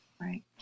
Right